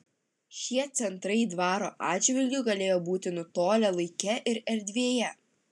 šie centrai dvaro atžvilgiu galėjo būti nutolę laike ir erdvėje